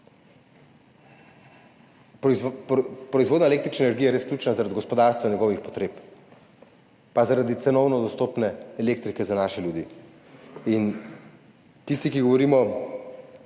Proizvodnja električne energije je res ključna zaradi gospodarstva in njegovih potreb, pa tudi zaradi cenovno dostopne elektrike za naše ljudi. Tisti, ki govorijo,